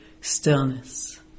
stillness